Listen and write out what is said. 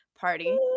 Party